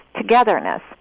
togetherness